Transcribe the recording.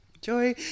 Joy